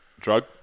drug